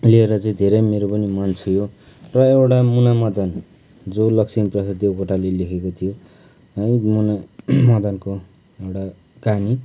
लिएर चाहिँ धेरै मेरो पनि मन छुयो र एउटा मुना मदन जो लक्ष्मी प्रसाद देवकोटाले लेखेको थियो है मुना मदनको एउटा कहानी